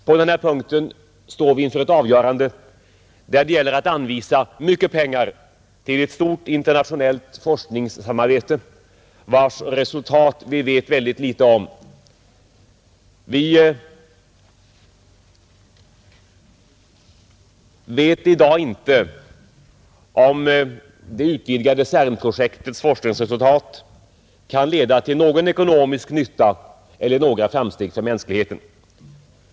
På den här punkten står vi inför ett avgörande där det gäller att anvisa mycket pengar till ett stort internationellt forskningssamarbete, vars resultat vi vet väldigt litet om. Vi vet i dag inte om det utvidgade CERN-projektets forskningsresultat kan leda till någon ekonomisk nytta eller några framsteg för mänskligheten.